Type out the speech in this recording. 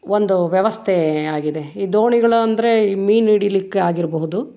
ಒಂದು ವ್ಯವಸ್ಥೆ ಆಗಿದೆ ಈ ದೋಣಿಗಳು ಅಂದರೆ ಈ ಮೀನು ಹಿಡೀಲಿಕ್ಕೆ ಆಗಿರಬಹುದು